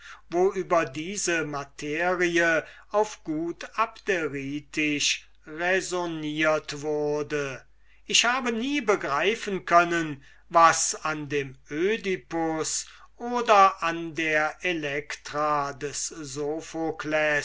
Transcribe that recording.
wo über diese materie auf gut abderitisch raisonniert wurde ich habe nie begreifen können was an dem oedipus oder an der